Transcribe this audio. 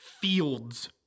fields